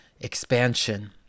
expansion